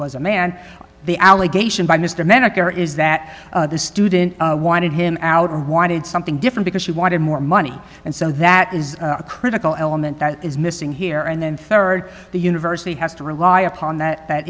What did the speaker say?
was a man the allegation by mr medicare is that the student wanted him out or wanted something different because she wanted more money and so that is a critical element that is missing here and then rd the university has to rely upon that